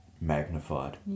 magnified